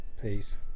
Please